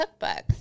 cookbooks